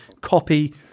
copy